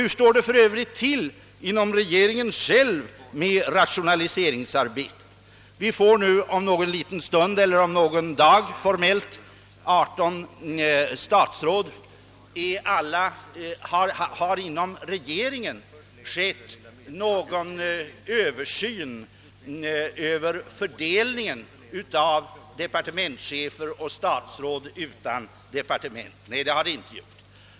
Hur står det för övrigt till med rationaliseringen inom regeringen själv? Vi får nu om någon dag formellt 18 statsråd. Har inom regeringen gjorts någon översyn över fördelningen av departementschefer och statsråd utan departement? Nej, det har inte skett.